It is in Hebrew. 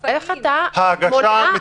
זה נכנס לתוך הקטגוריה?